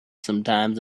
sometimes